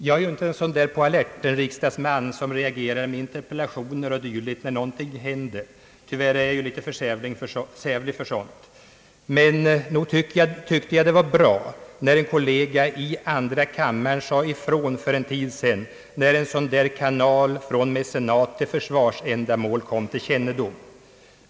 Jag är ju inte en sådan där »på alertenriksdagsman» som reagerar med interpellationer och dylikt när någonting händer — tyvärr är jag litet för sävlig för sådant — men nog tyckte jag det var bra när en kollega i andra kammaren sade ifrån för en tid sedan, då en sådan där kanal från mecenat till försvarsändamål kom till kännedom.